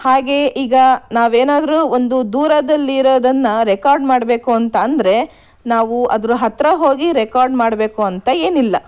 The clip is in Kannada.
ಹಾಗೆಯೇ ಈಗ ನಾವೇನಾದರೂ ಒಂದು ದೂರದಲ್ಲಿರೋದನ್ನು ರೆಕಾರ್ಡ್ ಮಾಡಬೇಕು ಅಂತಂದರೆ ನಾವು ಅದರ ಹತ್ತಿರ ಹೋಗಿ ರೆಕಾರ್ಡ್ ಮಾಡಬೇಕು ಅಂತ ಏನಿಲ್ಲ